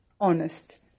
honest